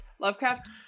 Lovecraft